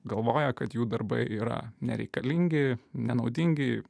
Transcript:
galvoja kad jų darbai yra nereikalingi nenaudingi